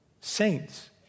saints